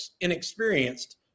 inexperienced